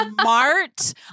smart